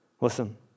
Listen